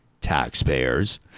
taxpayers